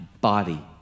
body